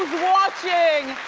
watching.